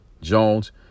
Jones